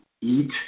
eat